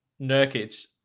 Nurkic